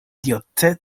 diocezo